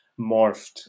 morphed